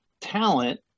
talent